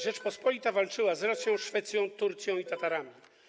Rzeczpospolita walczyła z Rosją, Szwecją, Turcją i Tatarami.